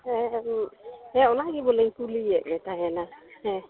ᱦᱮᱸ ᱦᱮᱸ ᱚᱱᱟᱜᱮ ᱵᱚᱞᱮᱧ ᱠᱩᱞᱤᱭᱮᱫ ᱢᱮ ᱛᱟᱦᱮᱱᱟ ᱦᱮᱸ